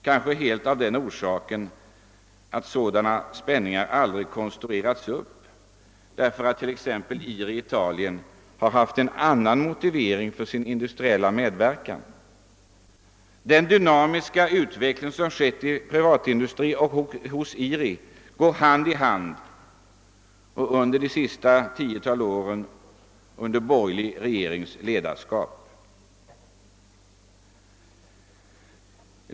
Kanske helt enkelt av den orsaken att sådana spänningar aldrig konstruerats upp, därför att t.ex. IRI i Italien har haft en annan motivering för sin industriella medverkan. Den dynamiska utveckling som skett inom privatindustrin och hos IRI går hand i hand — under de senaste tio åren under en borgerlig regerings ledarskap.